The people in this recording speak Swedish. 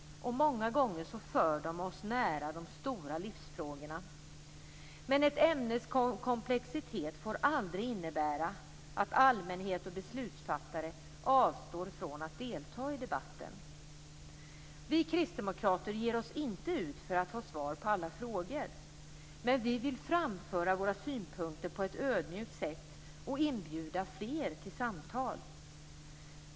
Många gånger för de oss nära de stora livsfrågorna. Men ett ämnes komplexitet får aldrig innebära att allmänhet och beslutsfattare avstår från att delta i debatten. Vi kristdemokrater ger oss inte ut för att ha svar på alla frågor. Men vi vill framföra våra synpunkter på ett ödmjukt sätt och inbjuda fler till samtal.